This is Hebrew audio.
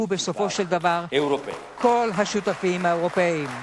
ובסופו של דבר כל השותפות האירופיות.